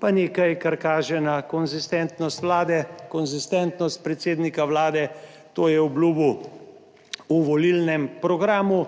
pa nekaj, kar kaže na konsistentnost Vlade, konsistentnost predsednika Vlade, to je obljubil. V volilnem programu